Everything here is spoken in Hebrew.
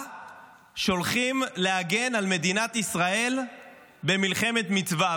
שולחים להגן על מדינת ישראל במלחמת מצווה.